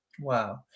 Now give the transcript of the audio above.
Wow